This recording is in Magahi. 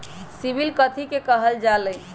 सिबिल कथि के काहल जा लई?